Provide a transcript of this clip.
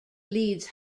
leeds